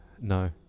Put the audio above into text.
no